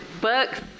books